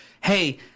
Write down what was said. hey